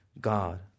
God